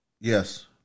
Yes